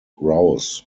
rouse